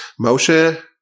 Moshe